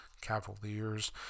Cavaliers